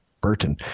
Burton